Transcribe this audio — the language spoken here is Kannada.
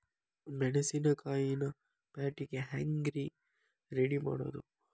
ಮೆಣಸಿನಕಾಯಿನ ಪ್ಯಾಟಿಗೆ ಹ್ಯಾಂಗ್ ರೇ ರೆಡಿಮಾಡೋದು?